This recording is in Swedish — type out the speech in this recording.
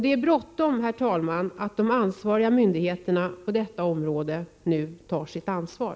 Det är bråttom, herr talman, och de ansvariga myndigheterna på detta område måste snabbt ta sitt